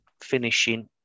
finishing